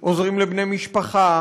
עוזרים לבני משפחה,